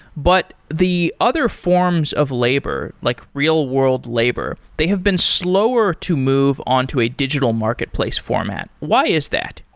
but the other forms of labor, like real-world labor, they have been slower to move on to a digital marketplace format. why is that?